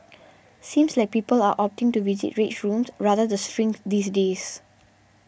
seems like people are opting to visit rage rooms rather the shrink these days